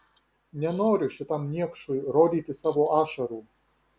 nenoriu šitam niekšui rodyti savo ašarų